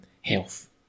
health